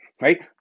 Right